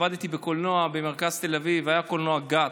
עבדתי בקולנוע במרכז תל אביב, היה קולנוע גת.